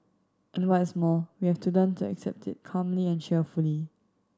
and what is more we have to learn to accept it calmly and cheerfully